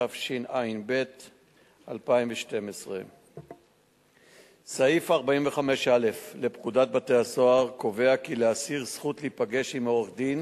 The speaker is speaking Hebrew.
התשע"ב 2012. סעיף 45(א) לפקודת בתי-הסוהר קובע זכות להיפגש עם עורך-דין